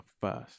first